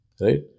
Right